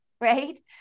right